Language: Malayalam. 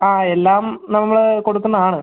ആ എല്ലാം നമ്മൾ കൊടുക്കുന്നതാണ്